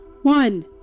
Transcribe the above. One